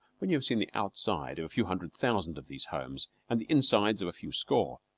when you have seen the outside of a few hundred thousand of these homes and the insides of a few score,